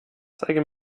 zeige